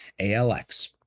ALX